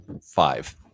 five